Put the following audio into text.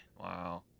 Wow